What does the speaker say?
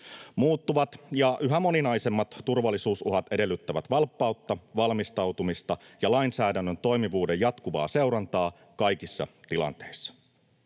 Muuttuvat ja yhä moninaisemmat turvallisuusuhat edellyttävät valppautta, valmistautumista ja lainsäädännön toimivuuden jatkuvaa seurantaa kaikissa tilanteissa.